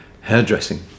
hairdressing